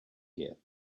here